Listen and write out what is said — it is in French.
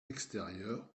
extérieur